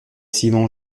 simon